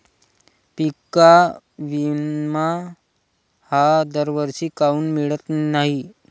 पिका विमा हा दरवर्षी काऊन मिळत न्हाई?